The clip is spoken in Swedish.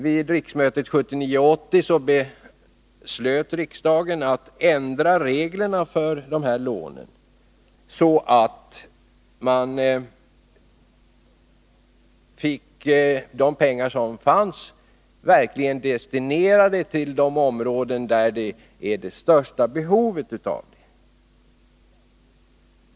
Vid riksmötet 1979/80 beslöt riksdagen att ändra reglerna för de lån som gäller i det här avseendet, så att medlen verkligen destinerades till de områden där det största behovet finns.